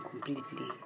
completely